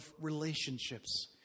relationships